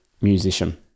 musician